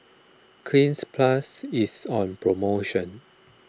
Cleanz Plus is on promotion